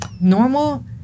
Normal